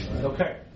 Okay